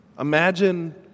imagine